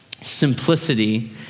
simplicity